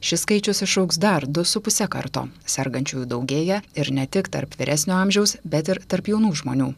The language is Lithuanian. šis skaičius išaugs dar du su puse karto sergančiųjų daugėja ir ne tik tarp vyresnio amžiaus bet ir tarp jaunų žmonių